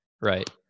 Right